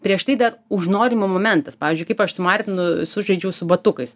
prieš tai dar užnorimo momentas pavyzdžiui kaip aš su martinu sužaidžiau su batukais